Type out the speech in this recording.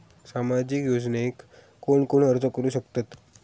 सामाजिक योजनेक कोण कोण अर्ज करू शकतत?